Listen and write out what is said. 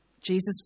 Jesus